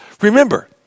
remember